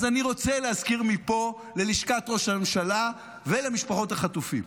אז אני רוצה להזכיר מפה ללשכת ראש הממשלה ולמשפחות החטופים: